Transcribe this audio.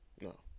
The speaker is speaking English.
No